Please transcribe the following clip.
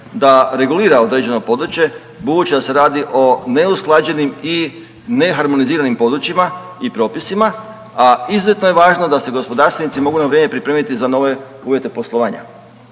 da regulira određeno područje budući da se radi o neusklađenim i ne harmoniziranim područjima i propisima, a izuzetno je važno da se gospodarstveni mogu na vrijeme pripremiti za nove uvjete poslovanja.